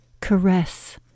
caress